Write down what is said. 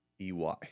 EY